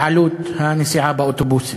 בעלות הנסיעה באוטובוסים.